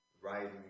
writing